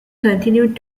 continued